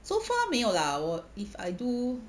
so far 没有 lah 我 if I do